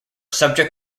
subject